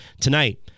tonight